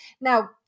Now